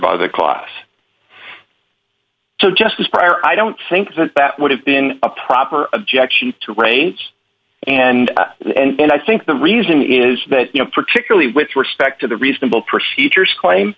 by the class so just as prior i don't think that would have been a proper objection to range and and i think the reason is that you know particularly with respect to the reasonable procedures claim